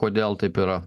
kodėl taip yra